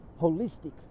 Holistic